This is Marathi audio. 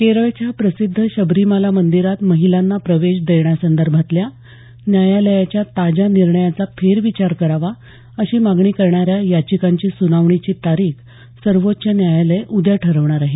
केरळच्या प्रसिद्ध शबरिमाला मंदिरात महिलांना प्रवेश देण्यासंदर्भातल्या न्यायालयाच्या ताज्या निर्णयाचा फेरविचार करावा अशी मागणी करणाऱ्या याचिकांच्या सुनावणीची तारीख सर्वोच्च न्यायालय उद्या ठरवणार आहे